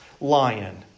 lion